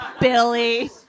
Billy